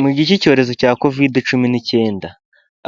Mu gihe cy'icyorezo cya covid cumi n'icyenda